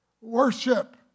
worship